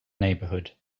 neighbourhood